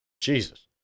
Jesus